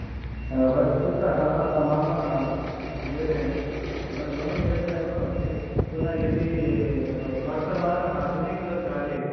वस्तुतः मम निवेदयामि मम निवेदनम् एवमस्ति पुनः यदि वर्तमान आधुनिक काले